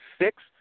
six